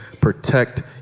protect